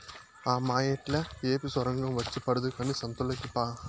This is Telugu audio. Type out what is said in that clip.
ఆ మాయేట్లా ఏమి సొరంగం వచ్చి పడదు కానీ సంతలోకి పా